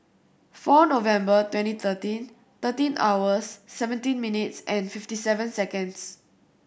four November twenty thirteen thirteen hours seventeen minutes fifty seven seconds